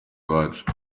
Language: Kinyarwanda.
iwacu